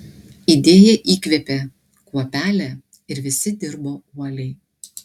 idėja įkvėpė kuopelę ir visi dirbo uoliai